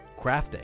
crafting